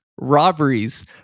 Robberies